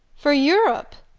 for europe?